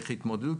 איך התמודדו שם,